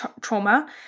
trauma